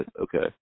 Okay